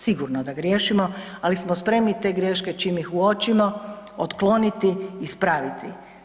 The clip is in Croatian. Sigurno da griješimo, ali smo spremni te greške, čim ih uočimo, otkloniti, ispraviti.